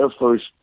first